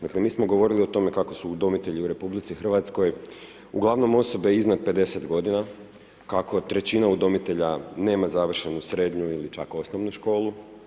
Dakle, mi smo govorili o tome kako su udomitelji u RH uglavnom osobe iznad 50 godina, kako trećina udomitelja nema završenu srednju ili čak osnovnu školu.